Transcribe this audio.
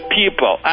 people